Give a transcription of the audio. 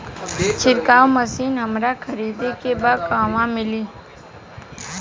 छिरकाव मशिन हमरा खरीदे के बा कहवा मिली?